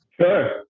Sure